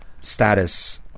status